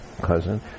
cousin